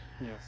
Yes